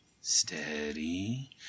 steady